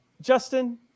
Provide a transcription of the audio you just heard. Justin